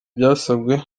byasabwe